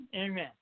Amen